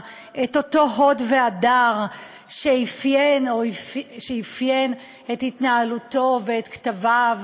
את אותו הוד והדר שאפיינו את התנהלותו ואת כתביו